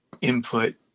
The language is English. input